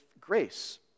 grace